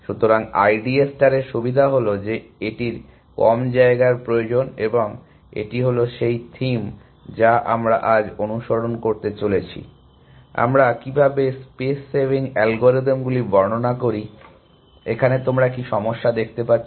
সুতরাং I D A স্টারের সুবিধা হল যে এটির কম জায়গার প্রয়োজন এবং এটি হল সেই থিম যা আমরা আজ অনুসরণ করতে চলেছি আমরা কীভাবে স্পেস সেভিং অ্যালগরিদমগুলি বর্ণনা করি এখানে তোমরা কি সমস্যা দেখতে পাচ্ছ